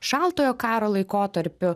šaltojo karo laikotarpiu